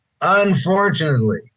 Unfortunately